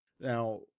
Now